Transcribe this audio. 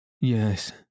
Yes